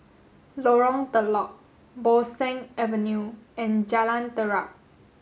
Lorong Telok Bo Seng Avenue and Jalan Terap